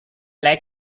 lei